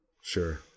Sure